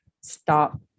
stop